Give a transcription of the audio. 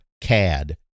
CAD